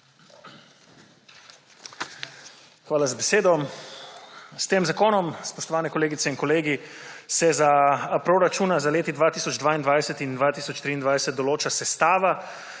Hvala za besedo. S tem zakonom, spoštovane kolegice in kolegi, se za proračuna za leti 2022 in 2023 določajo sestava,